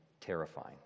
terrifying